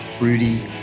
Rudy